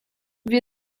wir